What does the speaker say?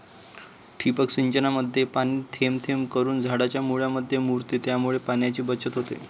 ठिबक सिंचनामध्ये पाणी थेंब थेंब करून झाडाच्या मुळांमध्ये मुरते, त्यामुळे पाण्याची बचत होते